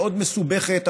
מאוד מסובכת,